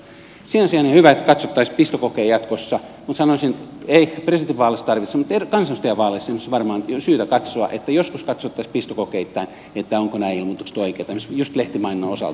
sen sijaan on hyvä että katsottaisiin pistokokein jatkossa mutta sanoisin että ei presidentinvaaleissa tarvitsisi mutta kansanedustajavaaleissa esimerkiksi on varmaan syytä katsoa että joskus katsottaisiin pistokokeittain ovatko nämä ilmoitukset oikein esimerkiksi juuri lehtimainonnan osalta